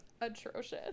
atrocious